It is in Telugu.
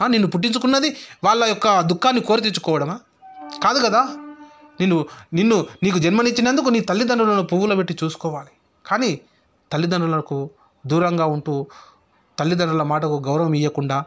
నిన్ను పుట్టించుకున్నది వాళ్ళ యొక్క దుఃఖాన్ని కోరి తెచ్చుకోవడమా కాదు కదా నిన్ను నిన్ను నీకు జన్మనిచ్చినందుకు నీ తల్లిదండ్రులను పువ్వుల్లో పెట్టి చూసుకోవాలి కానీ తల్లిదండ్రులకు దూరంగా ఉంటూ తల్లిదండ్రుల మాటకు గౌరవం ఇవ్వకుండా